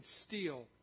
steal